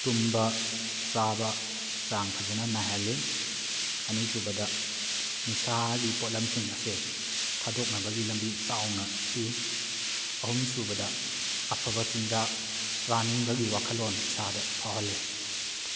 ꯇꯨꯝꯕ ꯆꯥꯕ ꯆꯥꯡ ꯐꯖꯅ ꯅꯥꯏꯍꯜꯂꯤ ꯑꯅꯤꯁꯨꯕꯗ ꯅꯤꯁꯥꯒꯤ ꯄꯣꯠꯂꯝꯁꯤꯡ ꯑꯁꯦ ꯊꯥꯗꯣꯛꯅꯕꯒꯤ ꯂꯝꯕꯤ ꯆꯥꯎꯅ ꯄꯤ ꯑꯍꯨꯝ ꯁꯨꯕꯗ ꯑꯐꯕ ꯆꯤꯟꯖꯥꯛ ꯆꯥꯅꯤꯡꯕꯒꯤ ꯋꯥꯈꯜꯂꯣꯟ ꯏꯁꯥꯗ ꯐꯥꯎꯍꯜꯂꯦ